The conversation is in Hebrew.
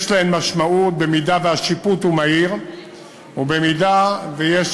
יש להם משמעות במידה שהשיפוט הוא מהיר ובמידה שיש,